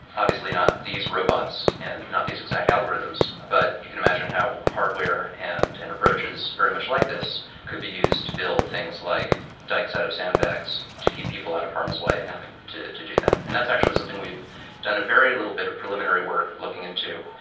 obviously not these robots and not these exact algorithms, but you can imagine how hardware and and approaches very much like this could be used to build things like dykes out of sandbags to keep people out of harm's way and having to to do that. and that's actually something we've done a very little bit of preliminary work looking into.